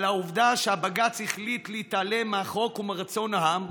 העובדה שבג"ץ החליט להתעלם מהחוק ומרצון העם,